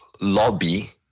lobby